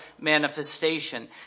manifestation